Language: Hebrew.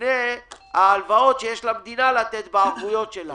לפני ההלוואות שיש למדינה לתת בערבויות שלה.